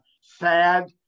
Sad